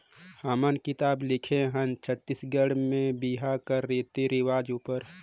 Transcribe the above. हमन किताब लिखे हन छत्तीसगढ़ी में बिहा कर रीति रिवाज उपर